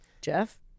Jeff